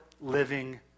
living